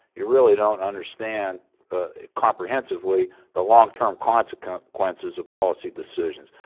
you really don't understand comprehensively the long-term consequences of policy decisions.